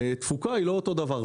והתפוקה היא לא אותה תפוקה.